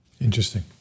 Interesting